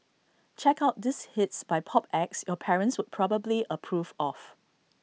check out these hits by pop acts your parents would probably approve of